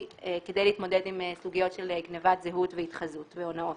כדי להתמודד עם סוגיות של גניבת זהות והתחזות והונאות.